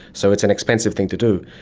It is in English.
so it's an expensive thing to do.